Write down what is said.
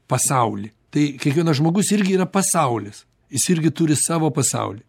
pasaulį tai kiekvienas žmogus irgi yra pasaulis jis irgi turi savo pasaulį